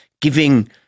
giving